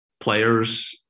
players